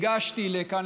הגשתי לכאן,